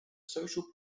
social